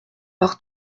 par